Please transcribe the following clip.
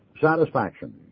satisfaction